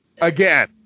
again